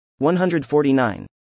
149